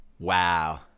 Wow